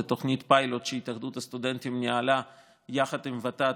זאת תוכנית פיילוט שהתאחדות הסטודנטים ניהלה יחד עם ות"ת